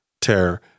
Terror